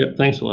ah thanks a lot,